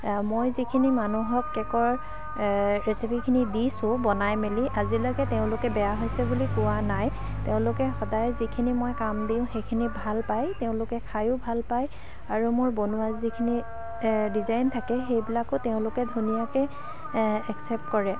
মই যিখিনি মানুহক কেকৰ ৰেচিপিখিনি দিছোঁ বনাই মেলি আজিলৈকে তেওঁলোকে বেয়া হৈছে বুলি কোৱা নাই তেওঁলোকে সদায় যিখিনি মই কাম দিওঁ সেইখিনি ভাল পায় তেওঁলোকে খায়ো ভাল পায় আৰু মই বনোৱা যিখিনি ডিজাইন থাকে সেইবিলাকো তেওঁলোকে ধুনীয়াকৈ একচেপ্ট কৰে